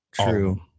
true